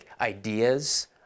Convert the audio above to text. ideas